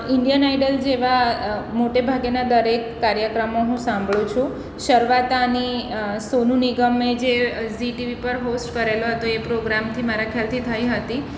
Indian Idol જેવા મોટે ભાગેના દરેક કાર્યક્રમો હું સાંભળું છું શરૂઆત આની સોનુ નિગમે જે ઝી ટીવી પર હોસ્ટ કરેલો હતો એ પ્રોગ્રામથી મારા ખ્યાલથી થઈ હતી